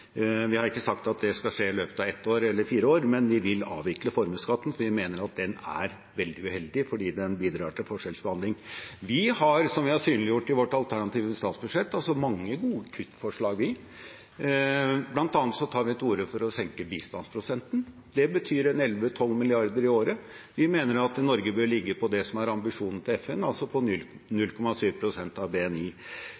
Vi har ikke sagt det skal skje i løpet av ett år eller fire år, men vi vil avvikle formuesskatten. Vi mener den er veldig uheldig, fordi den bidrar til forskjellsbehandling. Vi har, som vi har synliggjort i vårt alternative statsbudsjett, mange gode kuttforslag. Blant annet tar vi til orde for å senke bistandsprosenten, og det betyr 11–12 mrd. kr i året. Vi mener Norge bør ligge på det som er ambisjonen til FN, altså